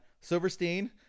Silverstein